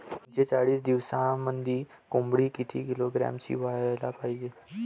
पंचेचाळीस दिवसामंदी कोंबडी किती किलोग्रॅमची व्हायले पाहीजे?